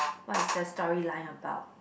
what is the storyline about